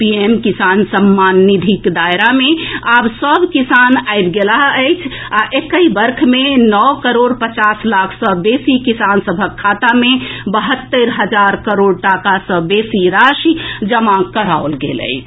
PM किसान सम्मान निधिक दायरा मे आब सभ किसान आबि गेलाह अछि आ एकहि वर्ष मे नओ करोड़ पचास लाख सँ बेसी किसान सभक खाता मे बहत्तरि हजार करोड़ टाका सँ बेसी राशि जमा कराओल गेल अछि